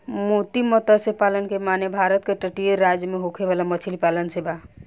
मोती मतस्य पालन के माने भारत के तटीय राज्य में होखे वाला मछली पालन से बा